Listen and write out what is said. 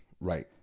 Right